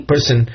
Person